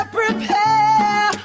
prepare